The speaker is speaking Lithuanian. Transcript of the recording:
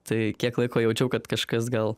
tai kiek laiko jaučiau kad kažkas gal